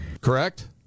Correct